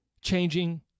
changing